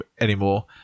anymore